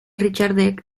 richardek